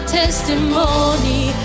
testimony